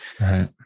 right